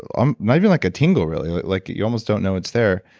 um not even like a tingle, really. like like you almost don't know it's there.